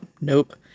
Nope